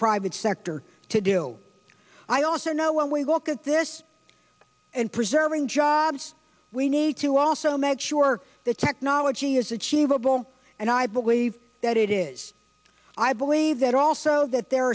private sector to do i also know when we look at this and preserving jobs we need to also make sure the technology is achievable and i believe that it is i believe that also that there